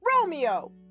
Romeo